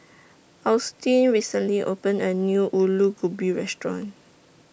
Austin recently opened A New Alu Gobi Restaurant